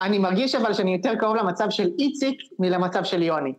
אני מרגיש אבל שאני יותר קרוב למצב של איציק מלמצב של יוני.